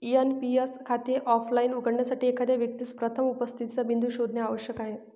NPS खाते offline उघडण्यासाठी, एखाद्या व्यक्तीस प्रथम उपस्थितीचा बिंदू शोधणे आवश्यक आहे